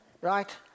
Right